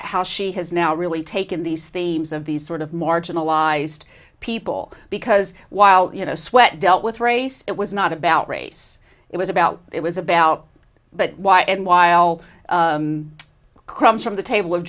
how she is now really taken these themes of these sort of marginalized people because while you know sweat dealt with race it was not about race it was about it was about but why and while crumbs from the table of